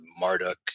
Marduk